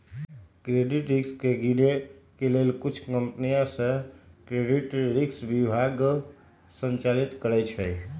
credit risk के गिनए के लेल कुछ कंपनि सऽ क्रेडिट रिस्क विभागो संचालित करइ छै